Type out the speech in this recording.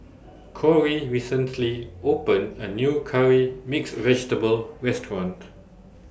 Corey recently opened A New Curry Mixed Vegetable Restaurant